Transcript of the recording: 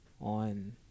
on